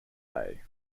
bay